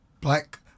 Black